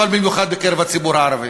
אבל במיוחד בקרב הציבור הערבי.